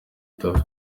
tuff